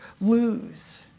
lose